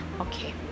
okay